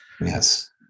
Yes